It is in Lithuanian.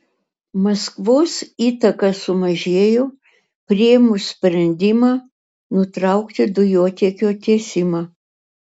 maskvos įtaka sumažėjo priėmus sprendimą nutraukti dujotiekio tiesimą